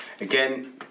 again